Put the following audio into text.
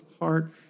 heart